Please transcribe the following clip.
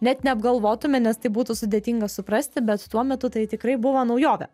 net neapgalvotume nes tai būtų sudėtinga suprasti bet tuo metu tai tikrai buvo naujovė